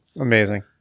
Amazing